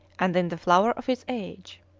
and in the flower of his age.